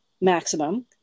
maximum